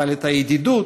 אבל ידידות,